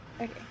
Okay